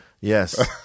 Yes